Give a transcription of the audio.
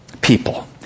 people